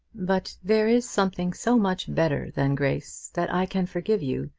but there is something so much better than grace, that i can forgive you.